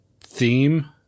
theme